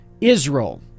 Israel